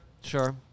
Sure